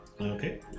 Okay